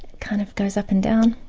kind of goes up and down